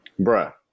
Bruh